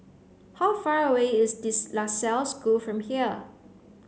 how far away is this La Salle School from here